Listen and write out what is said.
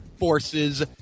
Forces